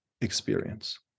experience